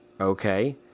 Okay